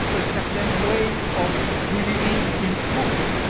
a certain way of believing in truth